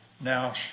now